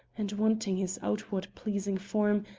and wanting his outward pleasing form,